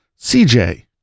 CJ